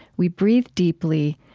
we breathe deeply,